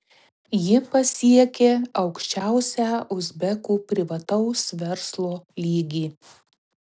ji pasiekė aukščiausią uzbekų privataus verslo lygį